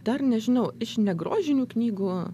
dar nežinau iš negrožinių knygų